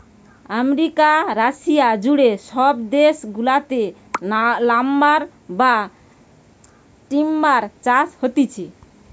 America, Russia জুড়ে সব দেশ গুলাতে লাম্বার বা টিম্বার চাষ হতিছে